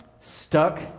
stuck